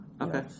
okay